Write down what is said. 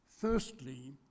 Firstly